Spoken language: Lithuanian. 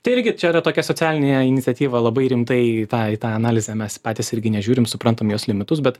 tai irgi čia yra tokia socialinė iniciatyva labai rimtai į tą į tą analizę mes patys irgi nežiūrim suprantam jos limitus bet